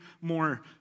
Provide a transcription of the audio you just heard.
more